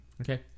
okay